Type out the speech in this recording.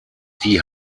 die